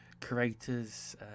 creators